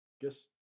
guess